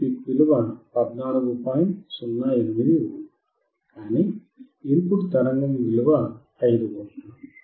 08 V కానీ input తరంగము విలువ 5V